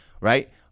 right